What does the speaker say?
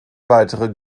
weitere